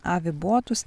avi botus